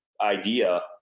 idea